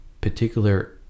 particular